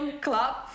Club